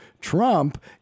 Trump